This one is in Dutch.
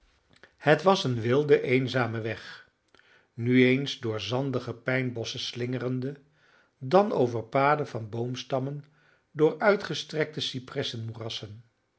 het was een wilde eenzame weg nu eens door zandige pijnbosschen slingerende dan over paden van boomstammen door uitgestrekte